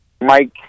Mike